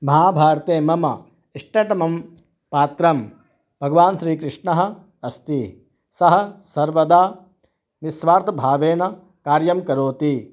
महाभारते मम इष्टटमं प्रात्रं भगवान् श्रीकृष्णः अस्ति सः सर्वदा निस्स्वार्थभावेन कार्यं करोति